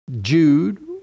Jude